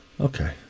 Okay